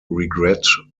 regret